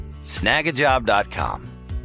snagajob.com